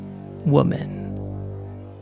woman